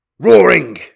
Roaring